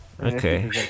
Okay